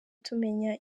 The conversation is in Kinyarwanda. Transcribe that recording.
tumenya